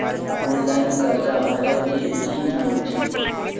Online कर्जा भरै के की नियम छै?